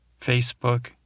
Facebook